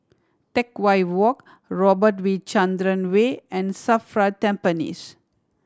Teck Whye Walk Robert V Chandran Way and SAFRA Tampines